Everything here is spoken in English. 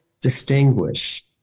distinguish